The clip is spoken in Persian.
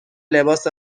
لباس